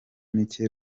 mike